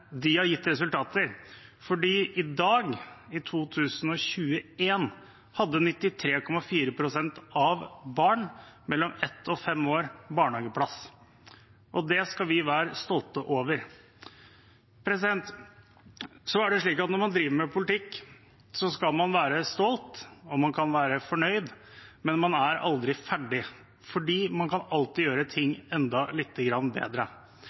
de beslutningene som vi gjorde – det vil si jeg var ikke med, men mange andre – for mange år siden, har gitt resultater, for i 2021 hadde 93,4 pst. av barn mellom ett og fem år barnehageplass. Det skal vi være stolte over. Så er det slik at når man driver med politikk, skal man være stolt og man kan være fornøyd, men man er aldri ferdig, for man kan